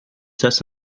دست